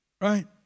Right